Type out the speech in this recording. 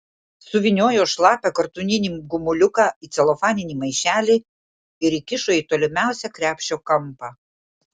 suvyniojo šlapią kartūninį gumuliuką į celofaninį maišelį ir įkišo į tolimiausią krepšio kampą